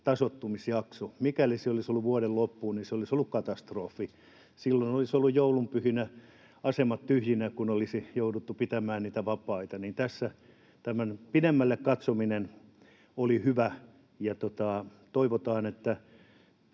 kuukautta. Mikäli se olisi ollut vuoden loppuun, se olisi ollut katastrofi. Silloin olisivat olleet joulunpyhinä asemat tyhjinä, kun olisi jouduttu pitämään niitä vapaita. Tässä tämmöinen pidemmälle katsominen oli hyvä. Toivotaan, että